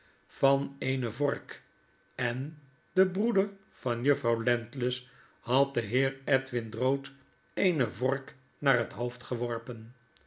van eene vork en de broeder van juffrouw landless had den heer edwin drood eene vork naar het hoofd geworpen